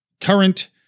current